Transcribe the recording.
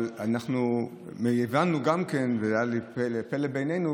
אבל אנחנו הבנו גם כן ופלא בעינינו,